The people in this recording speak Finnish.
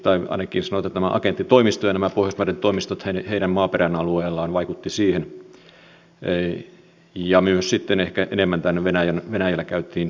tai ainakin sanotaan että tämä agenttitoimisto ja nämä pohjoismaiden toimistot heidän maaperänsä alueella vaikuttivat sulkemiseen ja myös sitten ehkä enemmän muuhunkin venäjällä käytyyn keskustelun